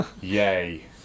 Yay